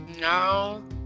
No